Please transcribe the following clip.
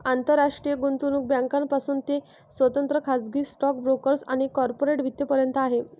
आंतरराष्ट्रीय गुंतवणूक बँकांपासून ते स्वतंत्र खाजगी स्टॉक ब्रोकर्स आणि कॉर्पोरेट वित्त पर्यंत आहे